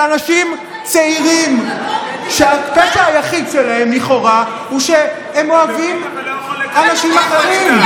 של אנשים צעירים שהפשע היחיד שלהם לכאורה הוא שהם אוהבים אנשים אחרים.